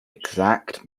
exact